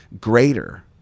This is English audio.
greater